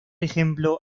ejemplo